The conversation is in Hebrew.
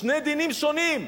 שני דינים שונים.